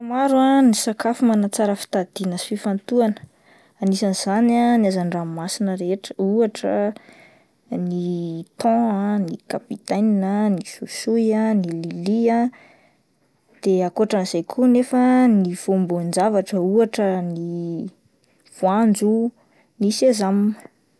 Maro ah ny sakafo manatsara fitadidiana sy fifantohana anisan'izany ah ny hazan-dranomasina rehetra ohatra ny thon, ny kapitaina, ny soisoy ah, ny lily ah, de akoatran'izay koa nefa ny voamboan-javatra ohatra ny voanjo ny sesame.